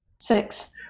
Six